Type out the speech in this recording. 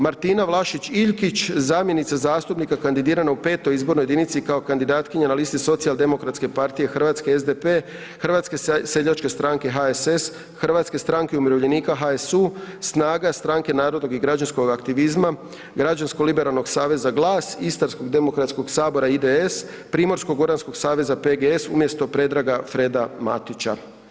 Martina Vlašić Iljkić, zamjenica zastupnika kandidirana u V. izbornoj jedinici kao kandidatkinja na listi Socijaldemokratske partije Hrvatske, SDP, Hrvatske seljačke stranke, HSS, Hrvatske stranke umirovljenika, HSU, SNAGA, Stranke narodnog i građanskog aktivizma, Građansko-liberalnog aktivizma, GLAS, Istarsko demokratskog sabora, IDS, Primorsko-goranskog saveza, PGS umjesto Predraga Freda Matića.